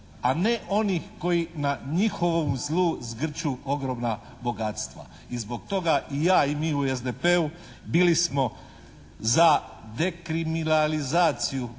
a ne oni koji na njihovom zlu zgrću ogromna bogatstva. I zbog toga i ja i mi u SDP-u bili smo za dekriminalizaciju